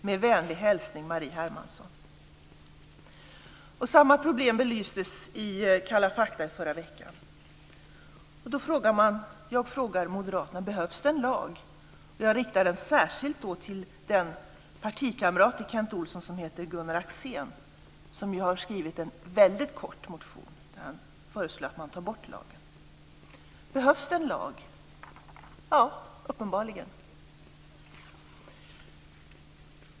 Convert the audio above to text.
Med vänlig hälsning, Marie Hermansson. Samma problem belystes i Kalla fakta i förra veckan. Jag frågar Moderaterna: Behövs det en lag? Jag riktar frågan särskilt till den partikamrat till Kent Olsson som heter Gunnar Axén, som har skrivit en mycket kort motion där han föreslår att man tar bort lagen. Behövs det en lag? Ja, uppenbarligen.